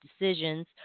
decisions